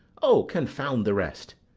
o, confound the rest!